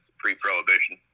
pre-prohibition